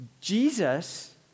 Jesus